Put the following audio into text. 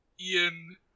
Ian